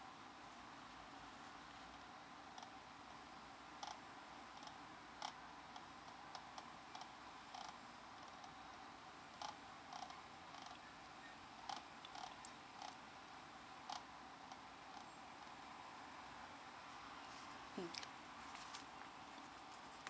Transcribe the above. mm